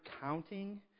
counting